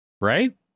right